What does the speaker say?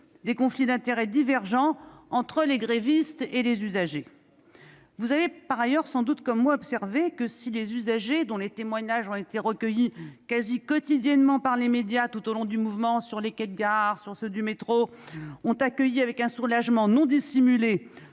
des conflits d'intérêts divergents entre les grévistes et les usagers. Par ailleurs, vous avez sans doute observé, comme moi, que si les usagers, dont les témoignages ont été recueillis quasi quotidiennement par les médias tout au long du mouvement sur les quais des gares et du métro, ont accueilli avec un soulagement non dissimulé